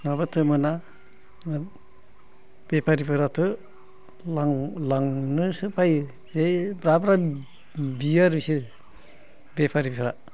नङाबाथाय मोना माने बेपारिफ्राथो लांनोसो बायो जि ब्रा ब्रा बियो आरो बिसोर बेफारिफ्रा